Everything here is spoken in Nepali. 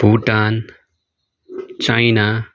भुटान चाइना